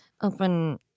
open